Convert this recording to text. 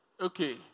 Okay